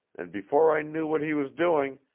and before i knew what he was doing,